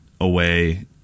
away